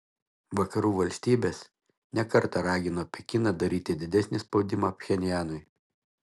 vakarų valstybės ne kartą ragino pekiną daryti didesnį spaudimą pchenjanui